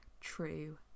true